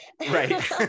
right